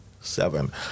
seven